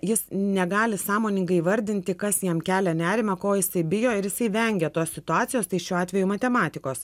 jis negali sąmoningai įvardinti kas jam kelia nerimą ko jisai bijo ir jisai vengia tos situacijos tai šiuo atveju matematikos